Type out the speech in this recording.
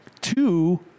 Two